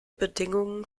bedingungen